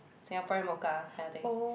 Singaporean mocha kind of thing